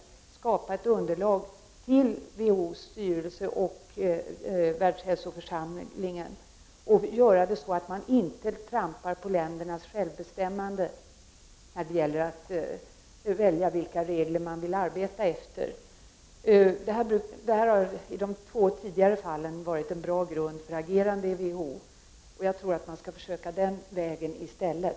Man bör skapa ett underlag att föreläggas WHO:s styrelse och världshälsoförsamlingen men göra detta så, att man inte trampar på de olika ländernas självbestämmande när det gäller att välja vilka regler som man bör arbeta efter. Detta har i de två tidigare fallen visat sig vara en bra grund för agerande i WHO. Jag tror att vi skall försöka med den vägen i stället.